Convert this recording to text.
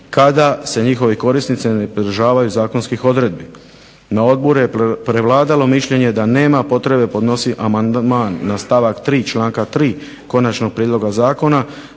kada se njihove korisnice ne pridržavaju zakonskih odredbi. Na odboru je prevladalo mišljenje da nema potrebe podnositi amandman na stavak 3. članka 3. konačnog prijedloga zakona